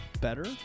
better